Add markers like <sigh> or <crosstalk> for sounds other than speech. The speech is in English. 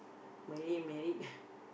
Malay married <noise>